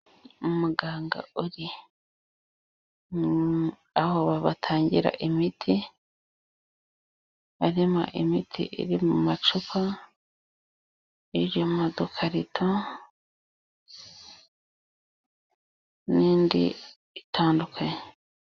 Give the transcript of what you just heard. Umuganga uri aho batangira imiti, harimo imiti iri mu macupa, iri mu dukarito n'indi itandukanye.